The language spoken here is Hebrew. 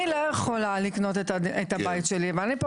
אני לא יכולה לקנות את הבית שלי ואני פה